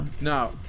Now